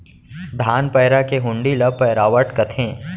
धान पैरा के हुंडी ल पैरावट कथें